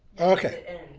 Okay